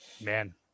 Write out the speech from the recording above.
man